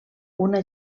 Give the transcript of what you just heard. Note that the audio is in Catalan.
una